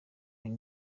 uyu